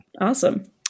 Awesome